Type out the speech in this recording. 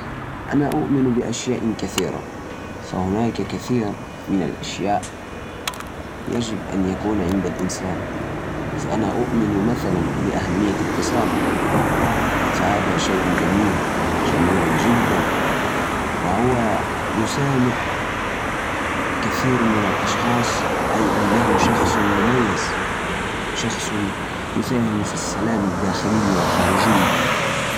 المعتقد المهم بالنسبة لي هو قيمة التسامح. هو من أن التسامح يساعد في بناء علاقات إيجابية ويقلل من النزاعات. إذا تعلمنا نتقبل اختلافات بعضنا، نقدرنعيش بسلام ونحقق التفاهم. أود تعليم الآخرين أهمية التفاهم والإحترام المتبادل. لأن هالشيء يمكن يغير المجتمع نحو الأفضل.